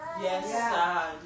Yes